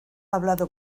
hablado